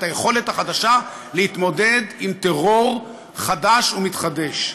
את היכולת החדשה להתמודד עם טרור חדש ומתחדש.